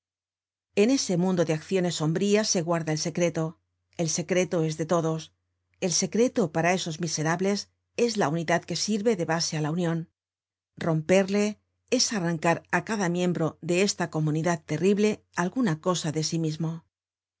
en ese mundo de acciones sombrías se guarda el secreto el secreto es de todos el secreto para esos miserables es la unidad que sirve de base á la union romperle es arrancar á cada miembro de esta co afortunadamente estos horrores nunca se han vista en españa content from google book search generated at munidad terrible alguna cosa de sí mismo